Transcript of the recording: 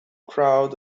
crowd